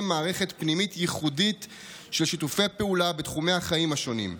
מערכת פנימית ייחודית של שיתופי פעולה בתחומי החיים השונים.